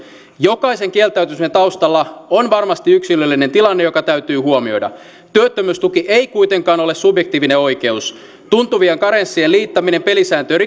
jokaisen kieltäytymisen taustalla on varmasti yksilöllinen tilanne joka täytyy huomioida työttömyystuki ei kuitenkaan ole subjektiivinen oikeus tuntuvien karenssien liittäminen pelisääntöjen